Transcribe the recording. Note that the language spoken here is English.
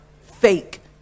Fake